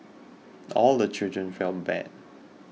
all the children felt bad